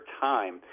time